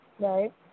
right